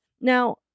now